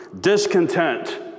discontent